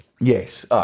Yes